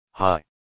Hi